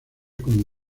como